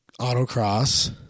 autocross